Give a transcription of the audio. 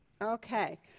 Okay